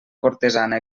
cortesana